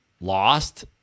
lost